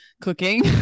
cooking